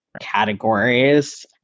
categories